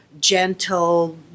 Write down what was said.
gentle